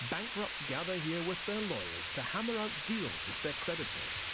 bankrupts gather here with their lawyers to hammer out deals with their creditors.